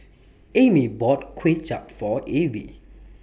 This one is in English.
Amy bought Kuay Chap For Avie